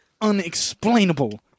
unexplainable